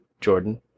Jordan